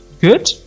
good